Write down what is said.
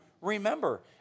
remember